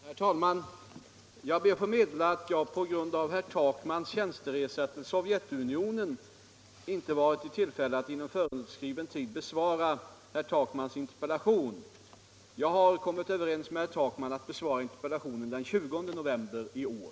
Herr talman! Jag ber att få meddela att jag på grund av herr Takmans tjänsteresa till Sovjetunionen inte varit i tillfälle att inom föreskriven tid besvara hans interpellation 1975/76:33 om förbud mot användning av asbest. Jag har kommit överens med herr Takman att besvara interpellationen den 20 november i år.